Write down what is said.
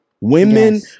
Women